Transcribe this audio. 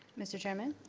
mr. chairman?